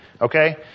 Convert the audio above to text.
Okay